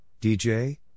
DJ